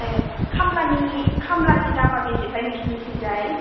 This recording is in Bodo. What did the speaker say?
ए खामलानि खामलानि दामा बेसेथाइ नोंसिनि थिंजाय